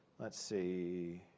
let's see.